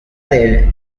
del